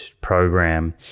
program